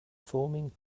forming